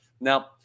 Now